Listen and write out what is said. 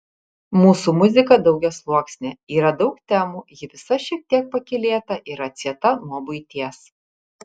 mūsų muzika daugiasluoksnė yra daug temų ji visa šiek tiek pakylėta ir atsieta nuo buities